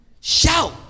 shout